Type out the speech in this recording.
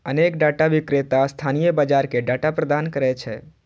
अनेक डाटा विक्रेता स्थानीय बाजार कें डाटा प्रदान करै छै